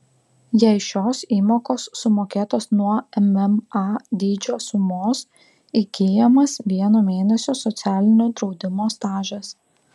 jei šios įmokos sumokėtos nuo mma dydžio sumos įgyjamas vieno mėnesio socialinio draudimo stažas